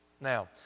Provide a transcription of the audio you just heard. Now